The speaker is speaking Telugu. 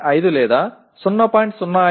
5 లేదా 0